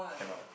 cannot